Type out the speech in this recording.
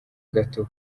gato